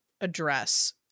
address